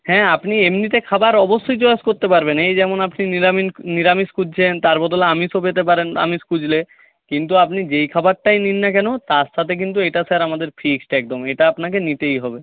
হ্যাঁ আপনি এমনিতে খাবার অবশ্যই চয়েস করতে পারবেন এই যেমন আপনি নিরামিষ খুঁজছেন তার বদলে আমিষও পেতে পারেন আমিষ খুঁজলে কিন্তু আপনি যেই খাবারটাই নিন না কেন তার সাথে কিন্তু এইটা স্যার আমাদের ফিক্সড একদম এটা আপনাকে নিতেই হবে